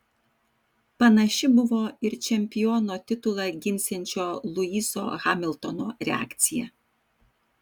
panaši buvo ir čempiono titulą ginsiančio luiso hamiltono reakcija